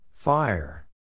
Fire